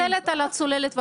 אני מתנצלת על הצוללת והכל,